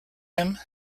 him